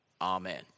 Amen